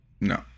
No